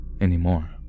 anymore